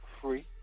free